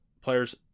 players